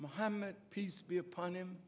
mohammed peace be upon him